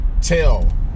tell